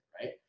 right